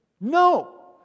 No